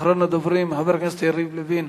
אחרון הדוברים, חבר הכנסת יריב לוין.